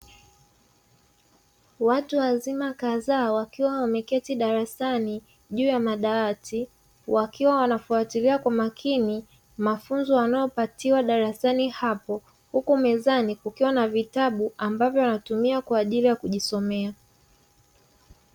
Watu wazima kadhaa wakiwa wameketi darasani juu ya madawati, wakiwa wanafuatilia kwa makini mafunzo wanayopatiwa darasani hapo. Huku mezani kukiwa na vitabu ambavyo wanatumia kwa ajili ya kujisomea.